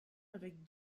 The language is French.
avec